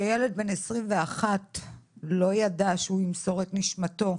שילד בן 21 לא ידע שהוא ימסור את נשמתו,